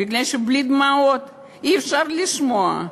בגלל שבלי דמעות אי-אפשר לשמוע.